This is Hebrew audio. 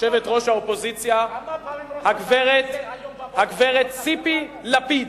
יושבת-ראש האופוזיציה, הגברת ציפי לפיד.